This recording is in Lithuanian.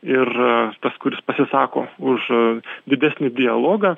ir tas kuris pasisako už didesnį dialogą